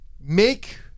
make